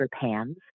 pans